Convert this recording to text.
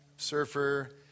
Surfer